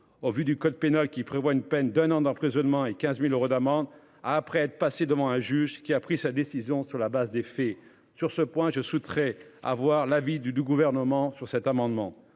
au vu du code pénal qui prévoit une peine d'un an d'emprisonnement et 15.000 euros d'amende, après être passé devant un juge qui a pris sa décision sur la base des faits sur ce point je souhaiterais avoir l'avis du du gouvernement sur cet amendement,